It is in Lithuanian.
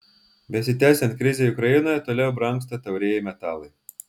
besitęsiant krizei ukrainoje toliau brangsta taurieji metalai